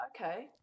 okay